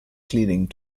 cleaning